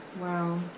Wow